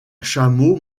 chameau